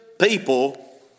people